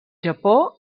japó